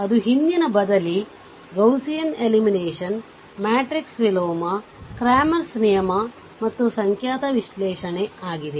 ಅದು ಹಿಂದಿನ ಬದಲಿ ಗೌಸಿಯನ್ ಎಲಿಮಿನೇಷನ್ ಮ್ಯಾಟ್ರಿಕ್ಸ್ ವಿಲೋಮ ಕ್ರೇಮರ್ಸ್ ನಿಯಮCramer's rule ಮತ್ತು ಸಂಖ್ಯಾತ್ಮಕ ವಿಶ್ಲೇಷಣೆಆಗಿದೆ